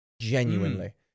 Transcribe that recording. genuinely